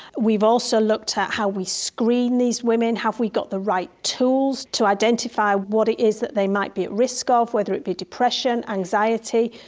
we've also looked at how we screen these women, have we got the right tools to identify what it is that they might be at risk of, whether it be depression, anxiety,